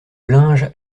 linge